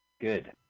Good